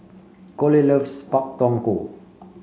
Kole loves Pak Thong Ko